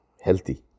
Healthy